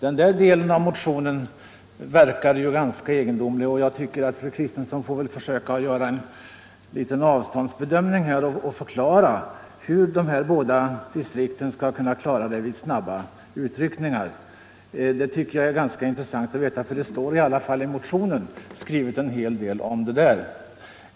Denna del av motionen verkar ganska egendomlig. Jag tycker att fru Kristensson skall förklara hur de båda storstadspolisdistrikten skall kunna klara uppgiften vid snabba utryckningar och vara före den lokala polisen vid respektive flygplats. Det tycker jag vore ganska intressant att veta; det står i alla fall en hel del skrivet om det i motionen.